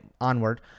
onward